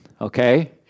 Okay